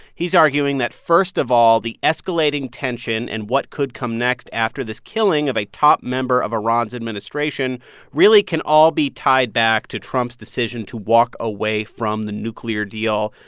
he's arguing that, first of all, the escalating tension and what could come next after this killing of a top member of iran's administration really can all be tied back to trump's decision to walk away from the nuclear deal,